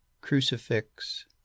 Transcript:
crucifix